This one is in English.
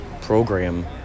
program